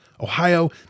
Ohio